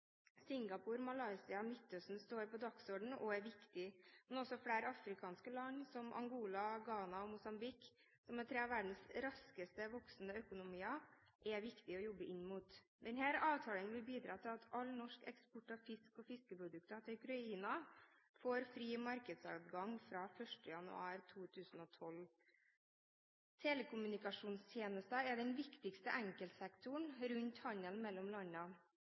Malaysia og Midtøsten står på dagsordenen og er viktige, men også flere afrikanske land som Angola, Ghana og Mosambik, som er tre av verdens raskest voksende økonomier, er viktig å jobbe inn mot. Denne avtalen vil bidra til at all norsk eksport av fisk og fiskeprodukter til Ukraina får fri markedsadgang fra 1. januar 2012. Telekommunikasjonstjenester er den viktigste enkeltsektoren i handelen mellom